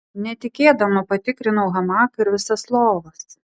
netikėdama patikrinau hamaką ir visas lovas